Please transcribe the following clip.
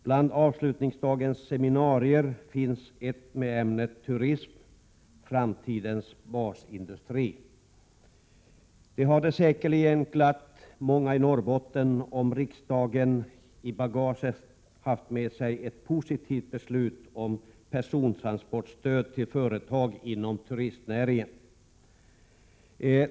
Bland avslutningsdagens seminarier finns ett med ämnet Turism, framtidens basindustri. Det hade säkerligen glatt många i Norrbotten om riksdagen i bagaget haft med sig ett positivt beslut om persontransportstöd till företag inom turistnäringen.